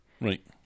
Right